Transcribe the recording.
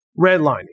redlining